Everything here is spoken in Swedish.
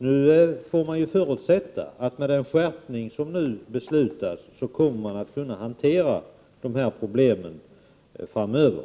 Man får ju förutsätta att man, med den skärpning som nu kommer att beslutas, kommer att kunna hantera dessa problem framöver.